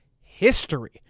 history